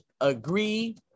agree